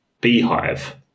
beehive